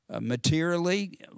materially